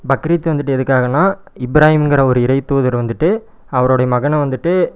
பக்ரீத் வந்துவிட்டு எதற்காகனா இப்ராஹிம்ங்கிற ஒரு இறை தூதர் வந்துவிட்டு அவரோடைய மகனை வந்துவிட்டு